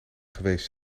geweest